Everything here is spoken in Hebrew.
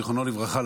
זיכרונו לברכה,